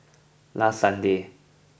last sunday